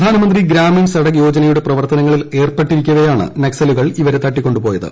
പ്രധാനമന്ത്രി ഗ്രാമീൺ സഡക്ക് യോജനയുടെ പ്രവർത്തനങ്ങളിൽ ഏർപ്പെട്ടിരിക്കവെയാണ് നക്സലുകൾ ഇവരെ തട്ടിക്കൊണ്ടുപോയത്